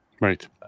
Right